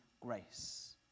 grace